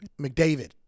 McDavid